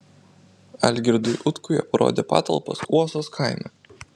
algirdui utkui aprodė patalpas uosos kaime